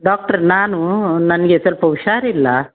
doctor ನಾನು ನನಗೆ ಸ್ವಲ್ಪ ಹುಷಾರಿಲ್ಲ